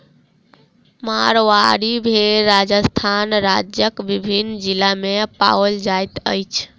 मारवाड़ी भेड़ राजस्थान राज्यक विभिन्न जिला मे पाओल जाइत अछि